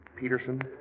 Peterson